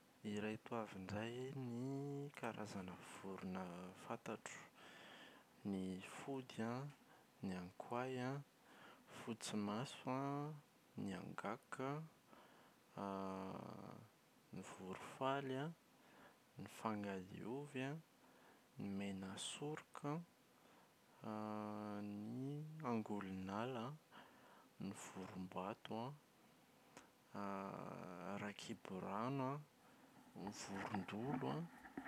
Ireto avy indray ny karazana vorona fantatro: Ny fody an, ny ankoay an, fotsy maso an, ny angaka an, ny vorofaly an, ny fangadiovy an, ny mena soroka an ny angolinala, ny vorombato an raikiborano an, ny vorondolo an.